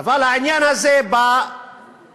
אבל העניין הזה בא כדי